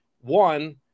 One